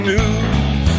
News